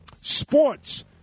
Sports